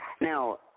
Now